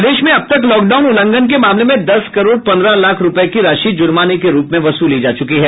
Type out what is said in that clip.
प्रदेश में अब तक लॉकडाउन उल्लंघन के मामले में दस करोड़ पन्द्रह लाख रूपये की राशि जुर्माने के रूप में वसूली जा चुकी है